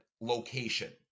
location